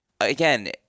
Again